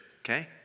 okay